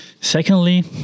Secondly